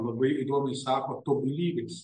labai įdomiai sako tobulybės